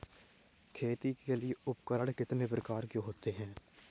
खेती के लिए उपकरण कितने प्रकार के होते हैं?